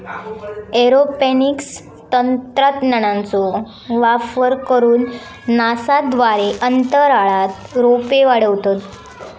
aeroponics तंत्रज्ञानाचो वापर करून नासा द्वारे अंतराळात रोपे वाढवतत